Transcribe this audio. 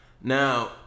Now